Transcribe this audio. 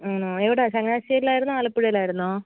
ആണോ എവിടെയാണ് ചങ്ങനാശ്ശേരിയിൽ ആയിരുന്നോ ആലപ്പുഴയിൽ ആയിരുന്നോ